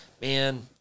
man